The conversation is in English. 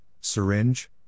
syringe